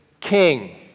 king